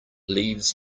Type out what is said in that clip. leaves